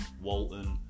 Walton